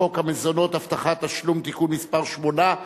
חוק המזונות (הבטחת תשלום) (תיקון מס' 8),